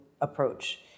approach